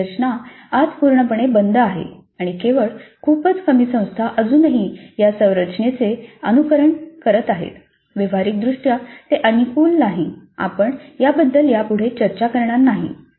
तर ही रचना आज पूर्णपणे बाद आहे आणि केवळ खूपच कमी संस्था अजूनही या संरचनेचे अनुसरण करीत आहेत व्यावहारिकदृष्ट्या ते अनुकूल नाही आणि आपण याबद्दल यापुढे चर्चा करणार नाही